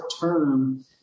term